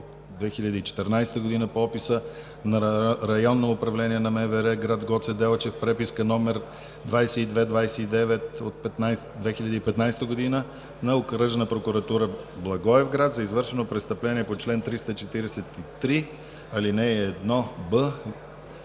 2014 г., по описа на Районно управление на МВР – град Гоце Делчев, преписка № 2229 от 2015 г. на Окръжна прокуратура – Благоевград, за извършено престъпление по чл. 343, ал. 1б,